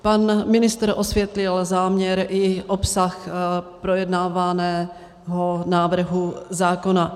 Pan ministr osvětlil záměr i obsah projednávaného návrhu zákona.